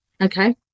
Okay